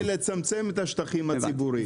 בשביל לצמצם את השטחים הציבוריים.